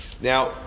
Now